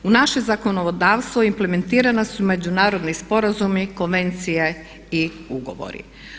U naše zakonodavstvo implementirana su međunarodni sporazumi, konvencije i ugovori.